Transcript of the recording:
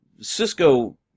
Cisco